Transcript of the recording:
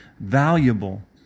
valuable